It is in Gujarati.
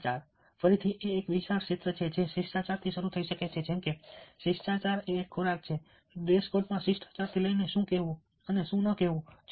શિષ્ટાચાર ફરીથી એક વિશાળ ક્ષેત્ર છે જે શિષ્ટાચારથી શરૂ થઈ શકે છે જેમ કે શિષ્ટાચાર એ ખોરાક છે ડ્રેસ કોડમાં શિષ્ટાચારથી લઈને શું કહેવું અને શું ન કહેવું